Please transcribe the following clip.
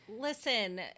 Listen